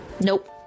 Nope